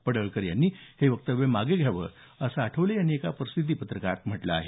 पडळकर यांनी हे वक्तव्य मागे घ्यावं असं आठवले यांनी एका प्रसिद्धी पत्रकात म्हटलं आहे